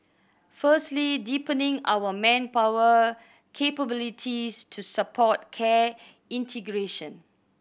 firstly deepening our manpower capabilities to support care integration